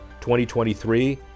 2023